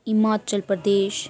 Himachal Pradesh